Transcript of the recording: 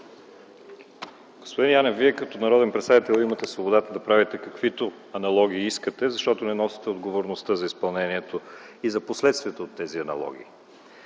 Господин Янев, Вие като народен представител имате свободата да правите каквито аналогии искате, защото не носите отговорността за изпълнението и за последствията от тези аналогии.